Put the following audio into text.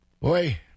boy